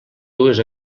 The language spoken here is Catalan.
dues